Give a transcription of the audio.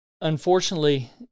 Unfortunately